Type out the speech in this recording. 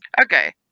Okay